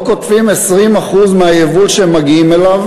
לא קוטפים 20% מהיבול שהם מגיעים אליו,